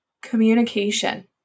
Communication